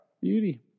beauty